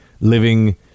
living